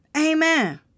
Amen